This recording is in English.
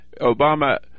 Obama